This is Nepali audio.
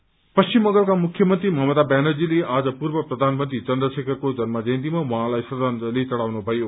पनिमरसेरी पश्चिम बंगालका मुख्यमन्त्री ममता ब्यानर्जीते आज पूर्व प्रधानमन्त्री चन्द्रशेखरको जन्म जयन्तीमा उहाँलाई श्रद्धांजलि चढ़ाउनुभयो